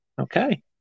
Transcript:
Okay